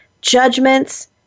judgments